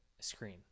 screen